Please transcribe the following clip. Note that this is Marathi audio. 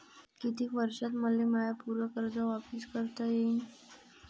कितीक वर्षात मले माय पूर कर्ज वापिस करता येईन?